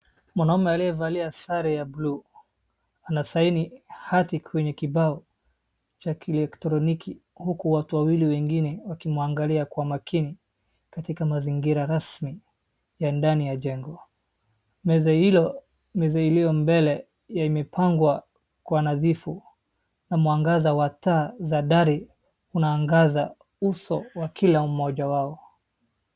Mwaume aliyevalia sare ya blue , ana sign hati kwenye kibao cha kielectroniki, huku watu wawili wengine wakimwangalia kwa makini, katika mazingira rasmi ya ndani ya chengo. Meza hilo, meza iliyo mbele imepangwa kwa nadhifu na mwangaza wa taa za ndari unaangaza uso wa kila mmoja wao.